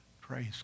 Praise